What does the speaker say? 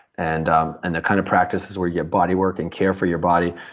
and um and the kind of practices where you body work and care for your body